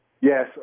Yes